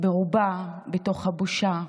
בתוך הבושה.